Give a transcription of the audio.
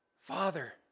Father